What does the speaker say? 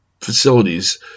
facilities